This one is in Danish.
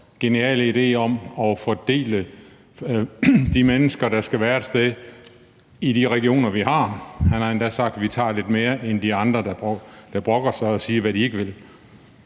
geniale idé om at fordele de mennesker, der skal være et sted, i de forskellige regioner? Han har endda sagt, at de gerne tager lidt flere end de andre, der brokker sig og kun siger, hvad de ikke vil.